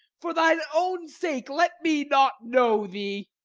for thine own sake let me not know thee.